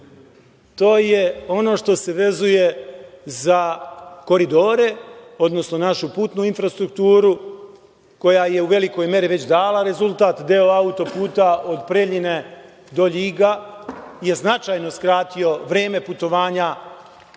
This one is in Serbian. to je ono što se vezuje za koridore, odnosno našu putnu infrastrukturu koja je već u velikoj meri dala rezultat. Deo autoputa od Preljina do LJiga je značajno skratio vreme putovanja